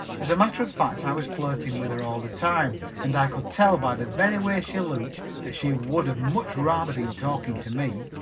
as a matter of fact i was flirting with her all the time and i could tell by the very way she looked that she would have much rather been talking to me.